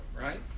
right